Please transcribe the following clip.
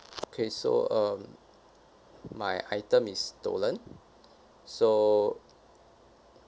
okay so um my item is stolen so